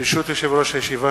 ברשות יושב-ראש הישיבה,